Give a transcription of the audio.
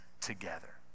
together